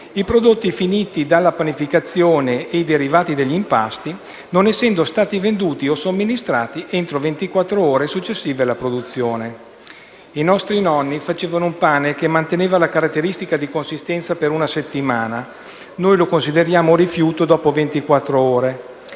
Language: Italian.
«i prodotti finiti della panificazione e i derivati degli impasti non essendo stati venduti o somministrati entro le 24 ore successive alla produzione». I nostri nonni facevano un pane che manteneva le caratteristiche di consistenza per una settimana. Noi lo consideriamo rifiuto dopo 24 ore.